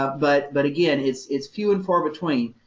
ah but, but again, it's it's few and far between.